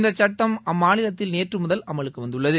இந்த சட்டடம் அம்மாநிலத்தில் நேற்று முதல் அமலுக்கு வந்துள்ளது